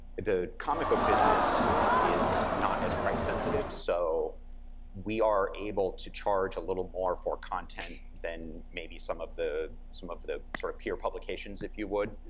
the comic book business is not as price sensitive, so we are able to charge a little more for content than maybe some of the, some of the sort of peer publications, if you would.